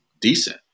decent